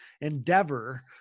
endeavor